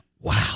Wow